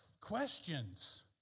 questions